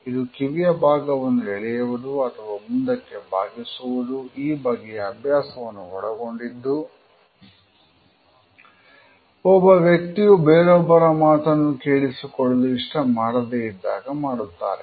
ಇದು ಕಿವಿಯ ಭಾಗವನ್ನು ಎಳೆಯುವುದು ಅಥವಾ ಮುಂದಕ್ಕೆ ಭಾಗಿಸುವುದು ಈ ಬಗೆಯ ಅಭ್ಯಾಸವನ್ನು ಒಳಗೊಂಡಿದ್ದು ಒಬ್ಬ ವ್ಯಕ್ತಿಯು ಬೇರೊಬ್ಬರ ಮಾತನ್ನು ಕೇಳಿಸಿಕೊಳ್ಳಲು ಇಷ್ಟ ಮಾಡದೆ ಇದ್ದಾಗ ಮಾಡುತ್ತಾರೆ